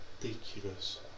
Ridiculous